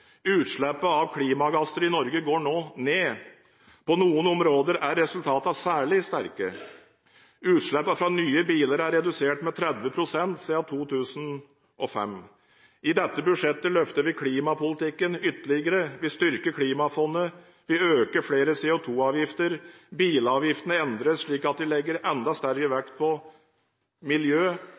av klimagasser i Norge går nå ned. På noen områder er resultatene særlig sterke. Utslippene fra nye biler er redusert med 30 pst. siden 2005. I dette budsjettet løfter vi klimapolitikken ytterligere. Vi styrker klimafondet. Vi øker flere CO2-avgifter. Bilavgiftene endres slik at de legger enda sterkere vekt på miljø.